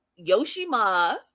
Yoshima